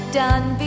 done